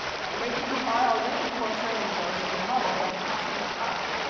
and maybe we are already portraying those in the model, but perhaps we are not.